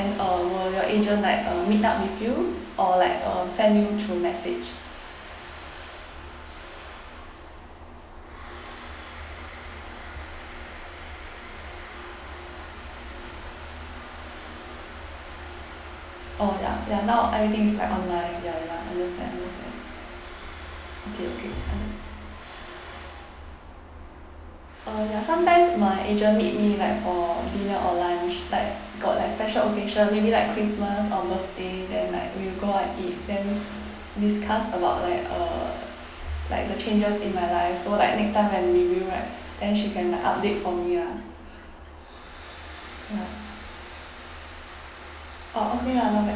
uh will your agent uh meet up with you or like uh send you through message orh ya ya now everything is like online ya ya understand understand okay okay uh ya sometimes my agent meet me like for dinner or lunch like got like special occasion maybe like christmas or birthday then like we'll go out and eat then discuss about like uh like the changes in my life so like next time when review right then she can like update for me lah ya orh okay lah not bad